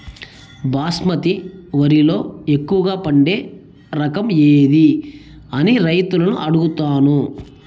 బాస్మతి వరిలో ఎక్కువగా పండే రకం ఏది అని రైతులను అడుగుతాను?